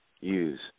use